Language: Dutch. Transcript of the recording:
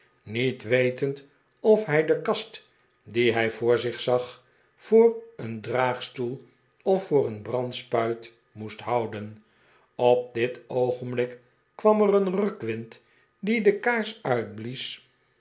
niet wetend of hij de kast die hij voor zich zag voor een draagstoel of voor een brandspuit moest houden op dit oogenblik kwam er een rukwind die de kaars uitblies